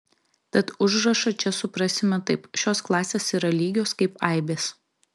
tad užrašą čia suprasime taip šios klasės yra lygios kaip aibės